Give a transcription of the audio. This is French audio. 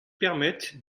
permettent